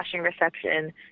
reception